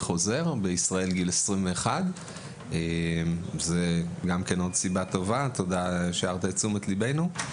עוזר כבר בגיל 18. זוהי עוד סיבה טובה; תודה שהערת את תשומת לבנו.